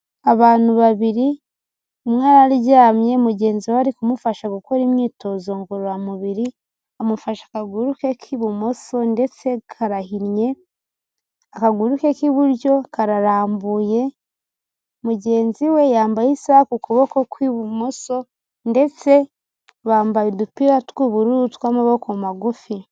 Abantu babiri, umwe araryamye mugenzi we ari kumufasha gukora imyitozo ngororamubiri, amufashe akaguru ke k'ibumoso ndetse karahinnye, akaguru ke k'iburyo kararambuye, mugenzi we yambaye isaha ku kuboko kw'ibumoso ndetse bambaye udupira tw'ubururu tw'amaboko magufi.